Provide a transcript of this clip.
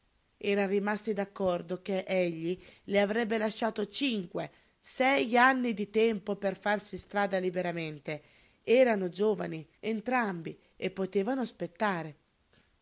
eran rimasti d'accordo che egli le avrebbe lasciato cinque sei anni di tempo per farsi strada liberamente erano giovani entrambi e potevano aspettare